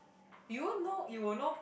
you won't know you will know